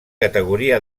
categoria